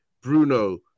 Bruno